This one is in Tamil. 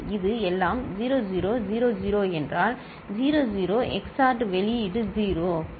இது எல்லாம் 0 0 0 0 என்றால் 0 0 XORed வெளியீடு 0 சரி